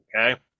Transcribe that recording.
okay